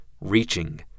reaching